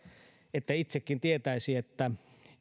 ette itsekin tietäisi että eiväthän